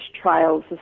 Trials